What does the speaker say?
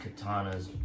katanas